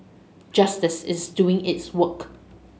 justice is doing its work